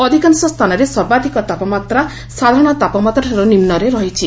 ଅଧିକାଂଶ ସ୍ଥାନରେ ସର୍ବାଧିକ ତାପମାତ୍ରା ସାଧାରଣ ତାପମାତ୍ରାଠାରୁ ନିମ୍ବରେ ରହିଛି